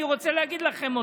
אני רוצה להגיד לכם אותו.